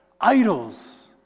idols